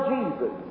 Jesus